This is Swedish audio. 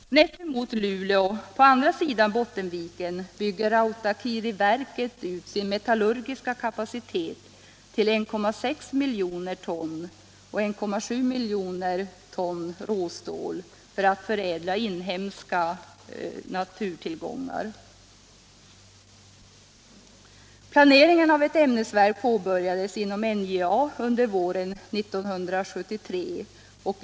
Snett mot Luleå, på andra sidan Bottenviken, bygger Rautakiiriverket ut sin metallurgiska kapacitet till 1,6 miljoner ton råjärn och 1,7 miljoner ton råstål för att förädla inhemska naturtillgångar. Planeringen av ett ämnesverk påbörjades inom NJA under våren 1973.